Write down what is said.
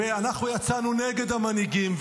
ואנחנו יצאנו נגד המנהיגים.